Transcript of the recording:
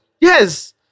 Yes